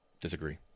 Disagree